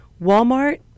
Walmart